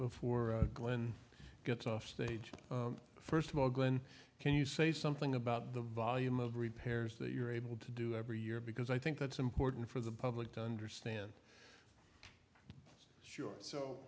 before glen gets offstage first of all glenn can you say something about the volume of repairs that you're able to do every year because i think that's important for the public to understand sure so